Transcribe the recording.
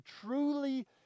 truly